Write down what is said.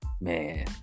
Man